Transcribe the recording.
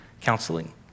counseling